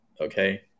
Okay